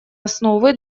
основы